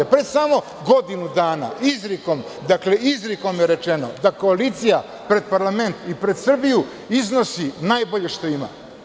Pre samo godinu dana izrikom je rečeno da koalicija pred parlament i pred Srbiju iznosi najbolje što ima.